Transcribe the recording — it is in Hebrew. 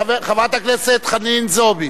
חברת הכנסת חנין זועבי,